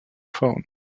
phone